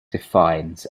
defines